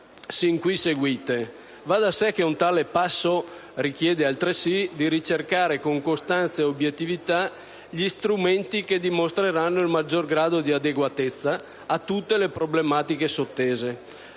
sin qui seguite. Va da sé che un tale passo richiede altresì di ricercare con costanza ed obiettività gli strumenti che dimostreranno il maggior grado di adeguatezza a tutte le problematiche sottese.